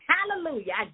Hallelujah